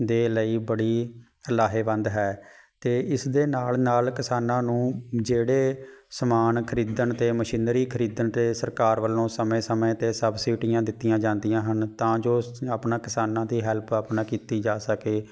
ਦੇ ਲਈ ਬੜੀ ਲਾਹੇਵੰਦ ਹੈ ਅਤੇ ਇਸਦੇ ਨਾਲ ਨਾਲ ਕਿਸਾਨਾਂ ਨੂੰ ਜਿਹੜੇ ਸਮਾਨ ਖਰੀਦਣ 'ਤੇ ਮਸ਼ੀਨਰੀ ਖਰੀਦਣ 'ਤੇ ਸਰਕਾਰ ਵੱਲੋਂ ਸਮੇਂ ਸਮੇਂ 'ਤੇ ਸਬਸਿਡੀਆਂ ਦਿੱਤੀਆਂ ਜਾਂਦੀਆਂ ਹਨ ਤਾਂ ਜੋ ਆਪਣਾ ਕਿਸਾਨਾਂ ਦੀ ਹੈਲਪ ਆਪਣਾ ਕੀਤੀ ਜਾ ਸਕੇ